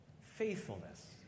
faithfulness